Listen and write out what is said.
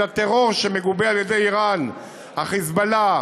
הטרור שמגובה על-ידי איראן: ה"חיזבאללה",